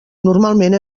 normalment